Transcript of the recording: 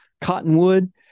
cottonwood